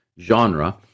genre